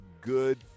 good